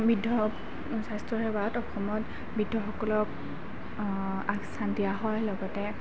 বৃদ্ধ স্বাস্থ্য সেৱাত অসমত বৃদ্ধসকলক আগস্থান দিয়া হয় লগতে